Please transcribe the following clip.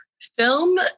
film